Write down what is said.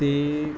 ਅਤੇ